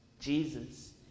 jesus